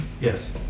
Yes